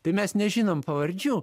tai mes nežinom pavardžių